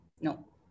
no